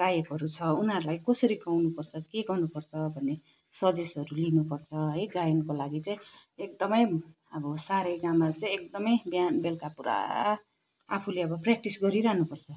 गायकहरू छ उनीहरूलाई कसरी गाउनुपर्छ के गाउनुपर्छ भन्ने सजेस्टहरू लिनुपर्छ है गायनको लागि चाहिँ एकदमै अब सारेगम चाहिँ एकदमै बिहान बेलुका पुरा आफूले अब प्रेक्टिस गरिरहनुपर्छ